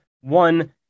one